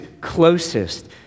closest